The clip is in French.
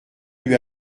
lui